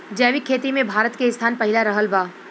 जैविक खेती मे भारत के स्थान पहिला रहल बा